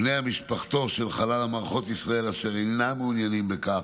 בני משפחתו של חלל מערכות ישראל אשר אינם מעוניינים בכך,